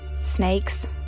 Snakes